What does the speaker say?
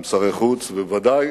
גם שרי חוץ בוודאי,